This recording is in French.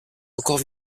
encore